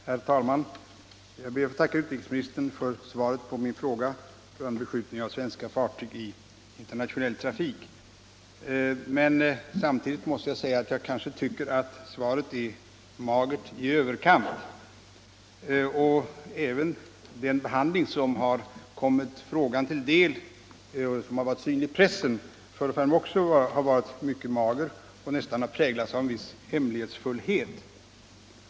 Herr talman! Jag ber att få tacka utrikesministern för svaret på min fråga rörande beskjutning av svenska fartyg i internationell trafik. Men samtidigt måste jag säga att jag tycker att svaret är magert i överkant. Den behandling som har kommit frågan till del och som har speglats i pressen förefaller mig också ha varit mycket mager och nästan präglad av en viss hemlighetsfullhet.